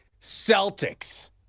Celtics